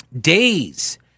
days